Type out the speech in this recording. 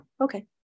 Okay